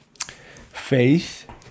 Faith